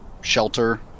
shelter